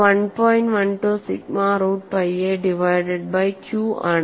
12 sigma root pi A divided by Q ആണ്